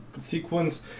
sequence